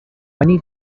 many